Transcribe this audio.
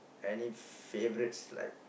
any favourites like